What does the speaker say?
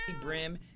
brim